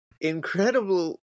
Incredible